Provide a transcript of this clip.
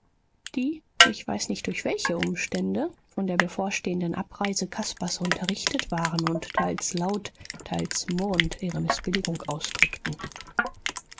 die ich weiß nicht durch welche umstände von der bevorstehenden abreise caspars unterrichtet waren und teils laut teils murrend ihre mißbilligung ausdrückten